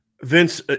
Vince